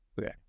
okay